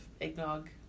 eggnog